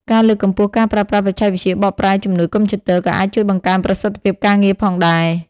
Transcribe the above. ការលើកកម្ពស់ការប្រើប្រាស់បច្ចេកវិទ្យាបកប្រែជំនួយកុំព្យូទ័រ ក៏អាចជួយបង្កើនប្រសិទ្ធភាពការងារផងដែរ។